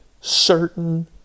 certain